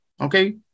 Okay